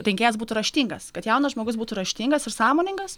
rinkėjas būtų raštingas kad jaunas žmogus būtų raštingas ir sąmoningas